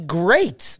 great